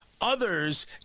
others